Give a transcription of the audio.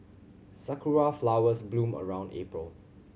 sakura flowers bloom around April